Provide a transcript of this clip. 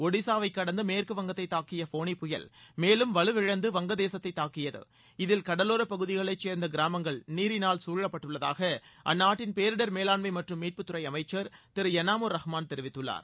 ஒடிசாவை கடந்து மேற்குவங்கத்தை தாக்கிய ஃபோனி புயல் மேலும் வலுவிழந்து வங்க தேசத்தை தங்கியது இதில் கடலோர பகுதிகளை சேர்ந்த கிராமங்கள் நீரினால் சூழப்பட்டுள்ளதாக அந்நாட்டின பேரிடர் மேலாண்மை மற்றும் மீட்புத்துறை அமைச்சர் யனாமூர் ரஹ்மான் தெரிவித்துள்ளார்